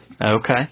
Okay